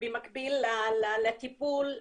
במקביל לטיפול שורש.